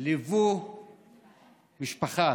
ליוו משפחה,